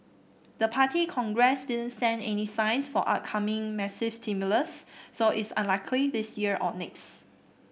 the Party Congress didn't send any signs for upcoming massive stimulus so it's unlikely this year or next